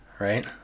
right